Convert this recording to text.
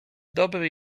dobry